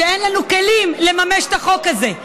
שאין לנו כלים לממש את החוק הזה.